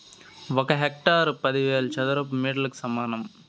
ఒక హెక్టారు పదివేల చదరపు మీటర్లకు సమానం